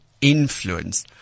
influence